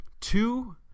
two